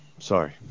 Sorry